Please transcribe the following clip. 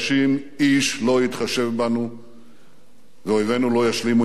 איש לא יתחשב בנו ואויבינו לא ישלימו עם קיומנו.